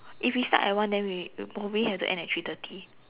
if we start at one then we we probably have to end at three thirty